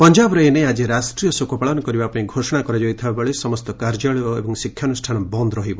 ପଞ୍ଜାବରେ ଏନେଇ ଆଜି ରାଷ୍ଟ୍ରୀୟ ଶୋକ ପାଳନ କରିବା ପାଇଁ ଘୋଷଣା କରାଯାଇଥିବା ବେଳେ ସମସ୍ତ କାର୍ଯ୍ୟାଳୟ ଏବଂ ଶିକ୍ଷାନୁଷ୍ଠାନ ବନ୍ଦ ରହିବ